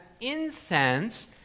incense